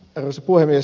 arvoisa puhemies